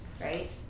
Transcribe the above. right